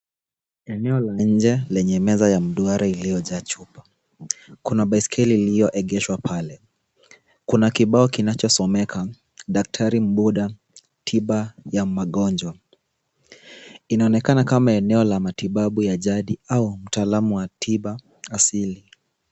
Eneo la nje lenye meza ya mduara iliyojaa chupa. Kuna baiskeli iliyoegeshwa pale. Kuna kibao kinachosomeka, daktari Mubuda, tiba ya magonjwa. Inaonekana kama eneo la matibabu ya jadi au mtaalamu wa tiba asili.